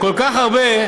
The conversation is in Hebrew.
כל כך הרבה?